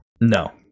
No